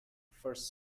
first